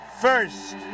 first